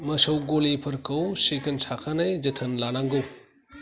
मोसौ गलिफोरखौ सिखोन साखोनै जोथोन लानांगौ